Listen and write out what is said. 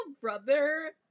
brother